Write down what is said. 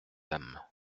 âmes